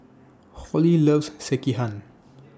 Holly loves Sekihan